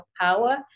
power